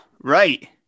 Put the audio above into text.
Right